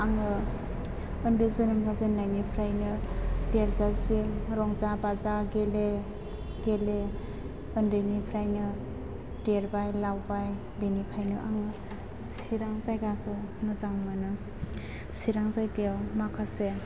आङो उन्दै जोनोम मोनजेननायनिफ्रायनो देरजासिम रंजा बाजा गेले गेले उन्दैनिफ्रायनो देरबाय लावबाय बेनिखायनो आङो चिरां जायगाखौ मोजां मोनो चिरां जायगायाव माखासे